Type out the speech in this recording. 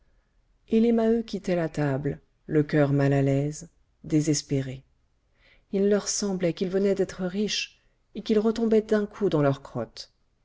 et les maheu quittaient la table le coeur mal à l'aise désespérés il leur semblait qu'ils venaient d'être riches et qu'ils retombaient d'un coup dans leur crotte